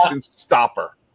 stopper